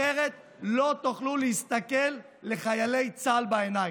אחרת לא תוכלו להסתכל לחיילי צה"ל בעיניים.